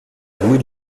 louis